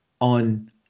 on